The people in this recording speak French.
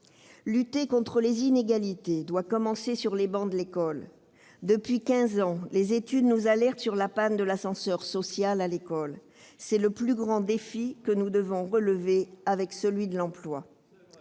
lutte contre les inégalités doit commencer sur les bancs de l'école. Depuis quinze ans, des études nous alertent sur la panne de l'ascenseur social à l'école. C'est le plus grand défi que nous devons relever, avec celui de l'emploi.